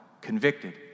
convicted